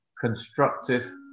constructive